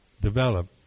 develop